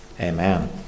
Amen